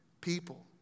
people